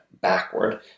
backward